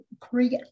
create